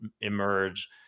emerge